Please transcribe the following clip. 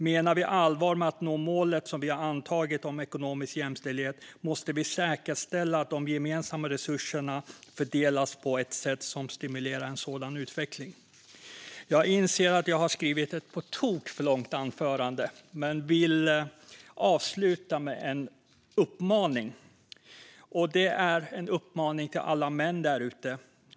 Menar vi allvar med att nå målet som vi antagit om ekonomisk jämställdhet måste vi säkerställa att de gemensamma resurserna fördelas på ett sätt som stimulerar en sådan utveckling. Jag inser att jag har skrivit ett på tok för långt anförande, men jag vill avsluta med en uppmaning. Det är en uppmaning till alla män där ute.